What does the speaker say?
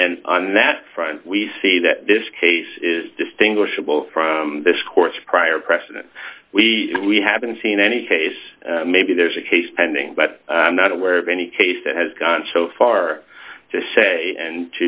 and on that front we see that this case is distinguishable from this court's prior precedent we we haven't seen any case maybe there's a case pending but i'm not aware of any case that has gone so far to say and